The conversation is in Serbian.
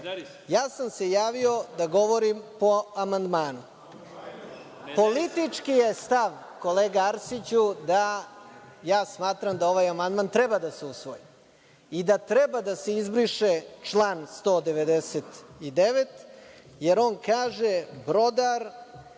sam se javio da govorim po amandmanu. Politički je stav kolega Arsiću, da ja smatram da ovaj amandman treba da se usvoji i da treba da se izbriše član 199, jer on kaže – brodar